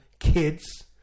kids